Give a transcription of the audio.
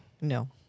No